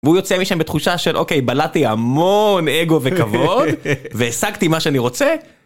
והוא יוצא משם בתחושה של אוקיי בלעתי המון אגו וכבוד והשגתי מה שאני רוצה